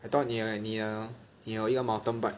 I thought 你有你有你有一个 mountain bike